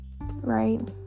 Right